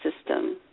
system